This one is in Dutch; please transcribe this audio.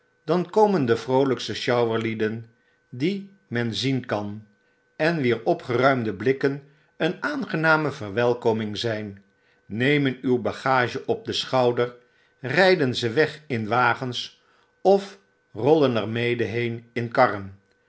dan komen de vroolykste sjouwerlieden die men zien kan en wier opgeruimde blikken een aangename verwelkoming zijn nemen uw bagage op den schouder ryden ze weg in wagens of rollen er mede heen in karren